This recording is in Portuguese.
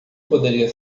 poderia